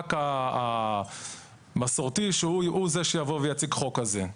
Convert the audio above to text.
הח"כ המסורתי שיבוא ויציג חוק כזה.